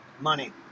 money